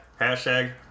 hashtag